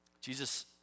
Jesus